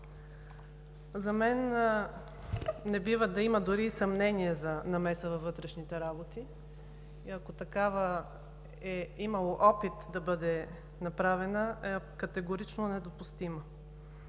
За мен не бива да има дори и съмнение за намеса във вътрешните работи и ако е имало опит такава да бъде направена – категорично е недопустима.